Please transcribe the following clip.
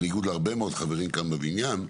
בניגוד להרבה מאוד חברים כאן בבניין,